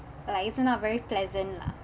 like it's not very pleasant lah